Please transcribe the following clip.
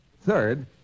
Third